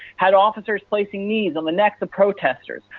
had officers placing knees on the next of protesters.